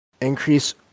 Increase